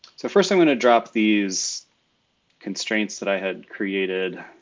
so first i'm gonna drop these constraints that i had created